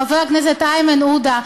חבר הכנסת איימן עודה,